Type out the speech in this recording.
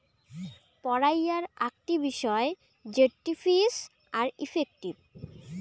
পড়াইয়ার আকটি বিষয় জেটটি ফিজ আর ইফেক্টিভ